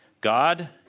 God